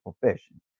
profession